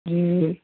जी